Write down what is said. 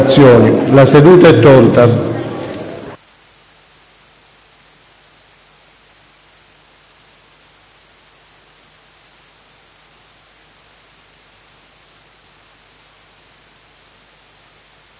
La seduta è tolta